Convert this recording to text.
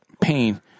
pain